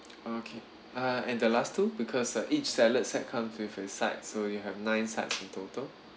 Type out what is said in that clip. okay uh and the last two because uh each salad side comes with a side so you have nine sides in total